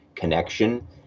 connection